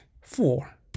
four